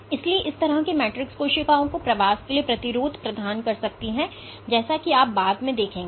इसलिए इस तरह की मैट्रिक्स कोशिकाओं को प्रवास के लिए प्रतिरोध प्रदान कर सकती है जैसा कि आप बाद में देखेंगे